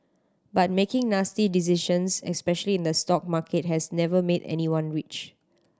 but making nasty decisions especially in the stock market has never made anyone rich